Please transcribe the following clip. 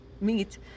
meet